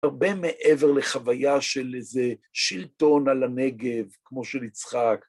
הרבה מעבר לחוויה של איזה שלטון על הנגב, כמו של יצחק.